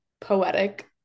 poetic